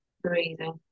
breathing